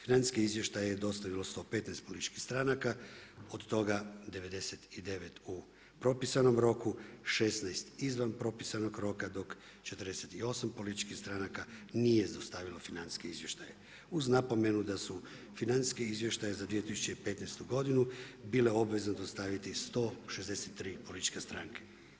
Financijske izvještaje je dostavilo 115 političkih stranaka, od toga 99 u propisanom roku, 16 izvan propisanog roka dok 48 političkih stranaka nije zaustavilo financijski izvještaj uz napomenu da su financijske izvještaje za 2015. bile obvezatno staviti 163 političke stranke.